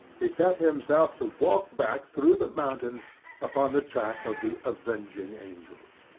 he set himself to walk back through the mountains upon the track of the avenging angels.